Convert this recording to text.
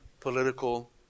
political